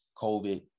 COVID